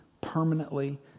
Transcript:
permanently